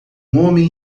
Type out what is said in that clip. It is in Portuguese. homem